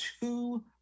two